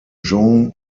jean